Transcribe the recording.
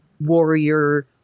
warrior